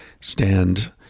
stand